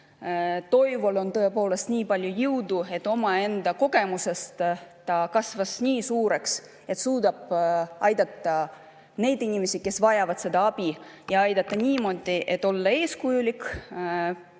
Toivol on tõepoolest nii palju jõudu, et omaenda kogemuse pealt ta kasvas nii suureks, et suudab aidata neid inimesi, kes vajavad seda abi, ja aidata niimoodi, et olla eeskujulik,